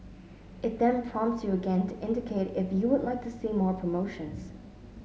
it then prompts you again to indicate if you would like to see more promotions